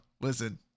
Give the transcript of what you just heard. listen